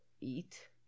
eat